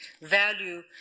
value